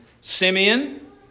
Simeon